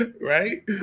Right